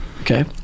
Okay